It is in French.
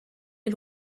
les